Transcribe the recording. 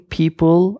people